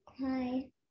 Hi